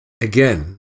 again